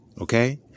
okay